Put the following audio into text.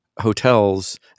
hotels